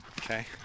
Okay